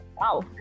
Wow